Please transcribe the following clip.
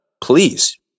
please